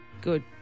Good